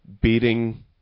beating